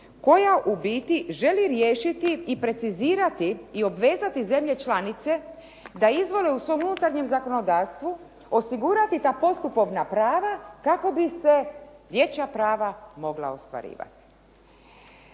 koja u biti želi riješiti, precizirati i obvezati zemlje članice da izvole u svom unutarnjem zakonodavstvu osigurati ta postupovna prava kako bi se dječja prava mogla ostvarivati.